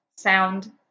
sound